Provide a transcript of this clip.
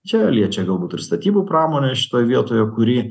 čia liečia galbūt ir statybų pramonę šitoj vietoje kuri